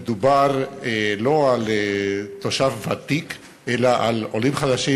מדובר לא על תושב ותיק אלא על עולים חדשים,